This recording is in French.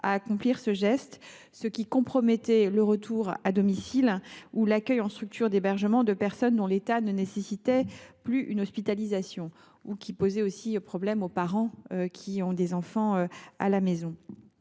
à accomplir ce geste, ce qui compromettait le retour à domicile ou l’accueil en structure d’hébergement de personnes dont l’état ne nécessitait plus une hospitalisation et posait problème aux parents ayant des enfants à la maison.